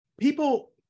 People